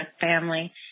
family